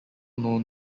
known